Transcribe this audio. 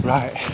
Right